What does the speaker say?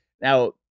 Now